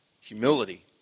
humility